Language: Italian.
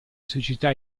società